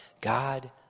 God